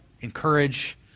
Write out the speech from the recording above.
encourage